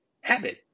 habit